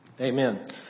Amen